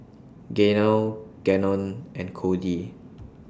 Gaynell Gannon and Kody